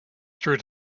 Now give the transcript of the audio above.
through